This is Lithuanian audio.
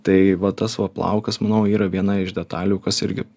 tai va tas va plaukas manau yra viena iš detalių kas irgi